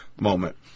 moment